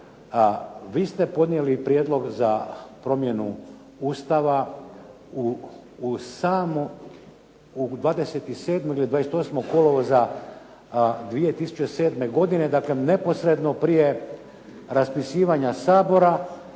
Vi ste podnijeli prijedlog za promjenu Ustava 27. ili 28. kolovoza 2007. godine, dakle neposredno prije raspuštanja Sabora